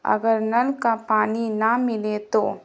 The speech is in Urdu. اگر نل کا پانی نہ ملے تو